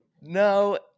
No